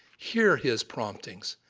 hear his promptings,